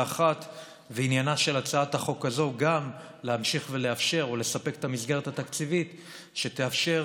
ועניינה של הצעת החוק הזאת גם להמשיך לספק את המסגרת התקציבית שתאפשר